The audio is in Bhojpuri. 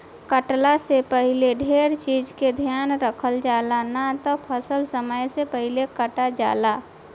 कटला से पहिले ढेर चीज के ध्यान रखल जाला, ना त फसल समय से पहिले कटा जाला